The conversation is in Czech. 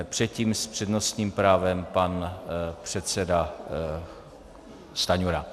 Předtím s přednostním právem pan předseda Stanjura.